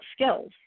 skills